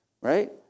right